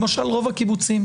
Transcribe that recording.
למשל רוב הקיבוצים,